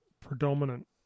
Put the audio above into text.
predominant